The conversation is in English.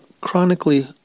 chronically